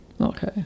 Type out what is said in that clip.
Okay